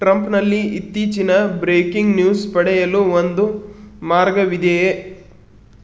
ಟ್ರಂಪ್ನಲ್ಲಿ ಇತ್ತೀಚಿನ breaking news ಪಡೆಯಲು ಒಂದು ಮಾರ್ಗವಿದೆಯೇ